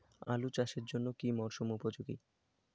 আলু চাষের জন্য কি মরসুম উপযোগী?